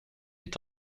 est